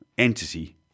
Entity